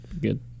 good